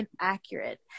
inaccurate